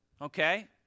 okay